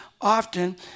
often